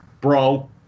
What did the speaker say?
bro